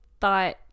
thought